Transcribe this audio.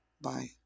Bye